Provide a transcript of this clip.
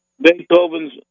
Beethoven's